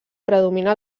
predomina